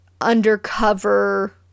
undercover